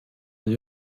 die